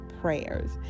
prayers